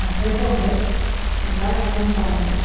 വട്ടയപ്പം ഉണ്ട് എന്താ വേണ്ടതെന്ന് പറഞ്ഞാൽ മതി